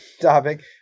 topic